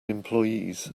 employees